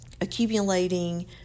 accumulating